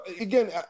again